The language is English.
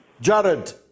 Jared